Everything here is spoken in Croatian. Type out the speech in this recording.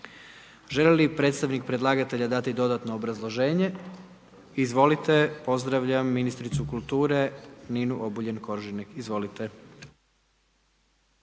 Želi li predstavnik predlagatelja dati dodatno obrazloženje? Izvolite, pozdravljam ministricu kulture Ninu Obuljen Koržinek, izvolite.